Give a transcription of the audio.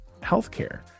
healthcare